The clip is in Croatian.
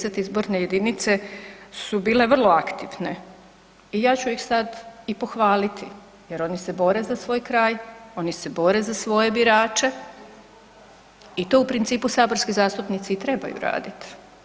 I X. izborne jedinice su bile vrlo aktivne i ja ću ih sad i pohvaliti jer oni se bore za svoj kraj, oni se bore za svoje birače i to u principu saborski zastupnici i trebaju raditi.